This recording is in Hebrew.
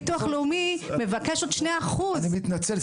ביטוח לאומי מבקש עוד 2%. אני מתנצל,